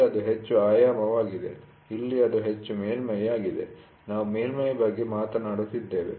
ಇಲ್ಲಿ ಅದು ಹೆಚ್ಚು ಆಯಾಮವಾಗಿದೆ ಇಲ್ಲಿ ಅದು ಹೆಚ್ಚು ಮೇಲ್ಮೈ ಆಗಿದೆ ನಾವು ಮೇಲ್ಮೈ ಬಗ್ಗೆ ಮಾತನಾಡುತ್ತೇವೆ